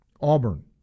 Auburn